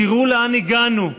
תיראו לאן הגענו.